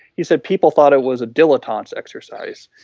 he said people thought it was a dillitante's exercise.